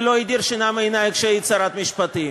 שלא הדיר שינה מעינייך כשהיית שרת משפטים.